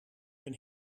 een